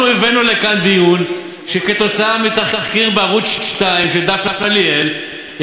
אנחנו הבאנו לכאן דיון כתוצאה מתחקיר של דפנה ליאל בערוץ 2,